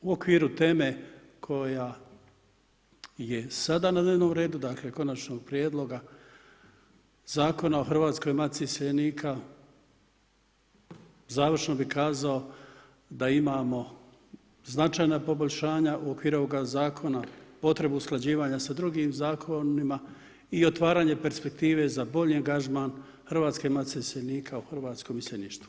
U okviru teme koja je sada na dnevnom redu, dakle, konačnom prijedlogu Zakona o Hrvatskoj matici iseljenika, završno bi kazao da imamo značajna poboljšanja u okviru ovoga zakona, potrebu usklađivanja sa drugim zakonima i otvaranje perspektive za bolji angažman Hrvatske matice iseljenika u hrvatskom iseljeništvu.